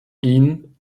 ihnen